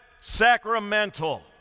sacramental